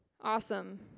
Awesome